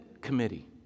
committee